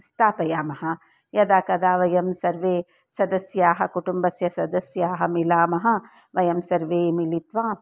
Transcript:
स्थापयामः यदा कदा वयं सर्वे सदस्याः कुटुम्बस्य सदस्याः मिलामः वयं सर्वे मिलित्वा